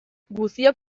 guztiok